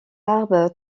arbre